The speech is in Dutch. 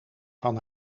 van